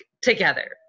together